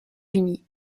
unis